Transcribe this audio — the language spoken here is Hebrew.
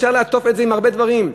אפשר לעטוף את זה בהרבה דברים.